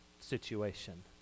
situation